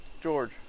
George